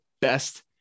best